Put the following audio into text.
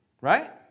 right